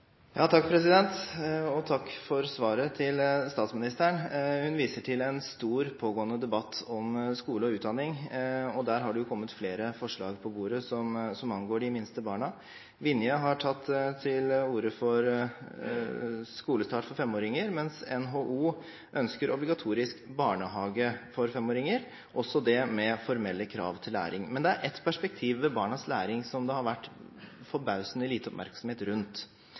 Takk for svaret til statsministeren. Hun viser til en stor pågående debatt om skole og utdanning. Der har det kommet flere forslag på bordet som angår de minste barna. Vinje har tatt til orde for skolestart for femåringer, mens NHO ønsker obligatorisk barnehage for femåringer – også det med formelle krav til læring. Men det er ett perspektiv ved barnas læring som det har vært forbausende lite oppmerksomhet rundt,